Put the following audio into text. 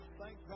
thank